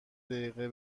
دقیقه